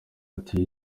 ati